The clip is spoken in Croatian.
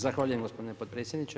Zahvaljujem gospodine potpredsjedniče.